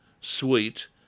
sweet